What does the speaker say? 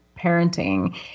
parenting